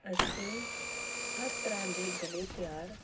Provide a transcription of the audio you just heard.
ਅਸੀਂ ਹਰ ਤਰ੍ਹਾਂ ਦੇ ਗਲੇ ਤਿਆਰ